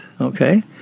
okay